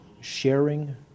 sharing